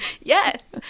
Yes